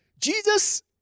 Jesus